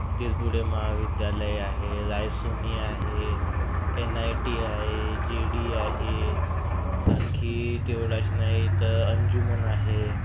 तिरपुडे महाविद्यालय आहे रायसोनी आहे एन आय टी आहे जे डी आहे आणखी तेवढंच नाही तर अंजुमन आहे